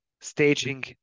staging